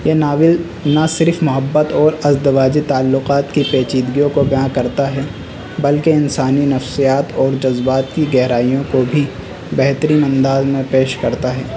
یہ ناول نہ صرف محبت اور ازدواجی تعلقات کی پیچیدگیوں کو بیاں کرتا ہے بلکہ انسانی نفسیات اور جذبات کی گہرائیوں کو بھی بہترین انداز میں پیش کرتا ہے